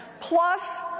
plus